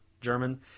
German